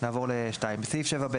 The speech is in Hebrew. בסעיף 7ב